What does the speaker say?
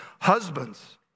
husbands